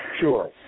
Sure